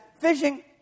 fishing